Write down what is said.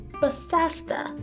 Bethesda